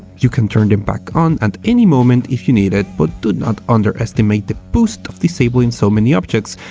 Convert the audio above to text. you can turn them back on at any moment if you need it but do not underestimate the boost of disabling so many objects,